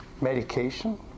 medication